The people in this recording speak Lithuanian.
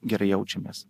gerai jaučiamės